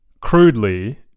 crudely